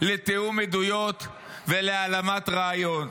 לתיאום עדויות ולהעלמת ראיות.